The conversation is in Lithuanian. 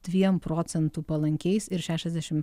dviem procentų palankiais ir šešiasdešim